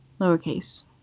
lowercase